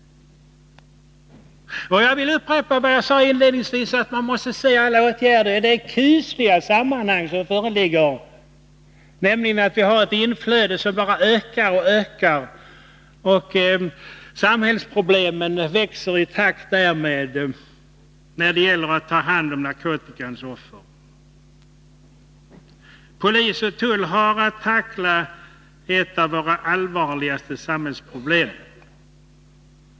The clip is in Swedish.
Jag vill upprepa vad jag sade inledningsvis, att man måste se alla åtgärder i det kusliga sammanhang som föreligger, nämligen att narkotikainflödet bara ökar och ökar. Samhällsproblemen växer i takt därmed när det gäller att ta hand om narkotikans offer. Polis och tull har att tackla ett av våra allvarligaste samhällsproblem.